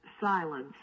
silence